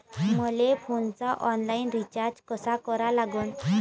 मले फोनचा online recharge कसा करा लागन?